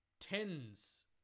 tens